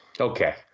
Okay